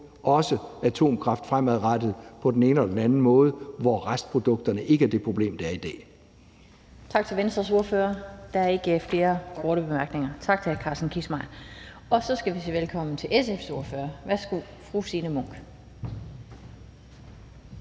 få atomkraft fremadrettet på den ene eller den anden måde, hvor restprodukterne ikke er det problem, de er i dag. Kl. 11:11 Den fg. formand (Annette Lind): Tak til Venstres ordfører. Der er ikke flere korte bemærkninger. Tak til hr. Carsten Kissmeyer. Så skal vi sige velkommen til SF's ordfører. Værsgo til fru Signe Munk.